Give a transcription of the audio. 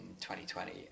2020